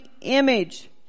image